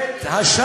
לעשות.